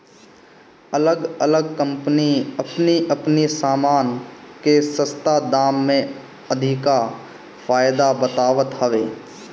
अलग अलग कम्पनी अपनी अपनी सामान के सस्ता दाम में अधिका फायदा बतावत हवे